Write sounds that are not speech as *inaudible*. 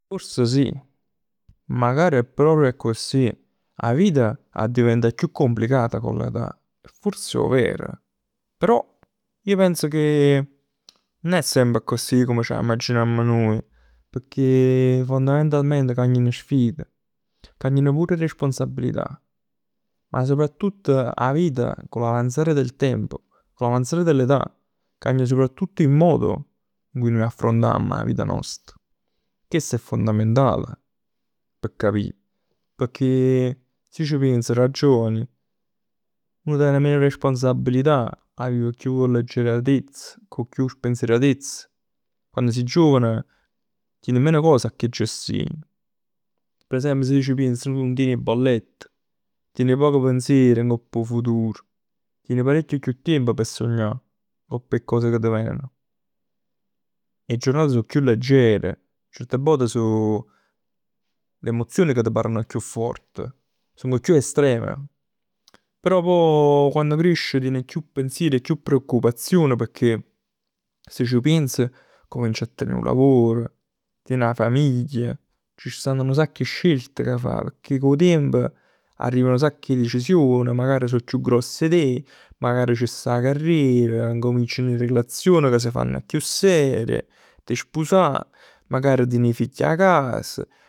Forse sì, magari è proprio accussì, 'a vita addivent chiù complicata cu l'età. Forse è over però ij pens che *hesitation* nun è semp accussì comm c'immagginamm nuje. Pecchè fondamentalment cagnan 'e sfide. Cagnan pur 'e responsabilità. Ma soprattutto 'a vita con l'avanzare del tempo, con l'avanzare dell'età cagna soprattutto il modo in cui nuje affrontamm 'a vita nosta. Chest è fondamental p' capì. Pecchè si c' pienz da giovani uno ten meno responsabilità, 'a vive chiù cu leggerezz, cu chiù spensieratezz. Quann si giovane tien meno cose 'a che gestì. Per esempio si c' piens nun tien 'e bollett, tien pochi pensier ngopp 'o futur. Tien parecchio chiù tiemp p' sognà p' 'e cos ca t' venen. 'E giornat so chiù leggere, certe vot so l'emozioni ca t' pareno chiù fort. Sogn chiù estreme, però pò *hesitation* quann cresci tien chiù pensieri e chiù preoccupazion pecchè si c' pienz accumienc a tenè nu lavor, 'na famiglia, c' stann nu sacc 'e scelt da fa. Pecchè cu 'o tiemp arrivano nu sacc 'e decision magari chiù gross 'e te, magari c' sta 'a carriera, accummenciano 'e relazioni ca s' fann chiù serie. T' spusà, magari tien 'e figli 'a casa.